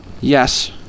Yes